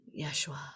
Yeshua